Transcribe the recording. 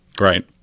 Right